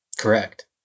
Correct